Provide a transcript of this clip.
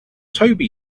toby